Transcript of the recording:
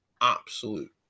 absolute